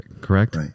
correct